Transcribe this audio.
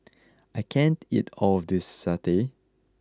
I can't eat all of this satay